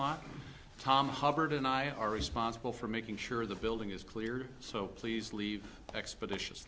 lot tom hubbard and i are responsible for making sure the building is clear so please leave expeditious